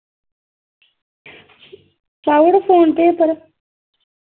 कराऊड़ो phone पे उप्पर